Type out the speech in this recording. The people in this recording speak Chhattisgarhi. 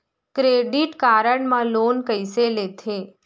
क्रेडिट कारड मा लोन कइसे लेथे?